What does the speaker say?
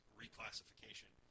reclassification